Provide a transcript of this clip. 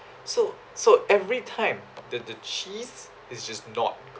so so every time the the cheese is just not good